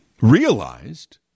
realized